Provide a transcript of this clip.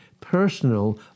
personal